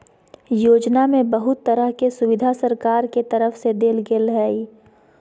योजना में बहुत तरह के सुविधा सरकार के तरफ से देल गेल हइ